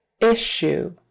Issue